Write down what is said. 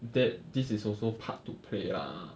that this is also part to play ah